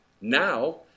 Now